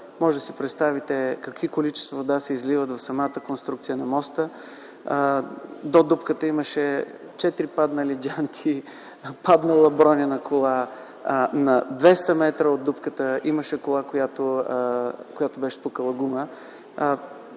Можете да си представите какви количества вода се изливат в самата конструкция на моста. До дупката имаше четири паднали джанти, паднала броня на кола. На 200 м от дупката имаше кола, която беше спукала гума.